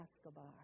Escobar